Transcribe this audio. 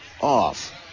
off